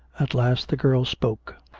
at last the girl spoke.